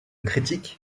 critique